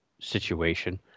situation